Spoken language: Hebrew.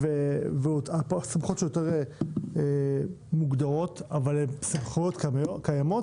הסמכויות שלו יותר מוגדרות אבל הן סמכויות קיימות.